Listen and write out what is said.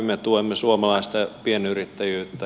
me tuemme suomalaista pienyrittäjyyttä